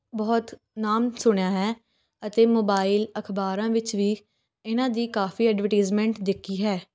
ਬਹੁਤ ਨਾਮ ਸੁਣਿਆ ਹੈ ਅਤੇ ਮੋਬਾਇਲ ਅਖ਼ਬਾਰਾਂ ਵਿੱਚ ਵੀ ਇਹਨਾਂ ਦੀ ਕਾਫ਼ੀ ਐਡਵਰਟੀਜਮੈਂਟ ਦੇਖੀ ਹੈ